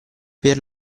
per